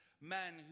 men